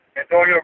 Antonio